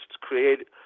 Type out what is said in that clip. create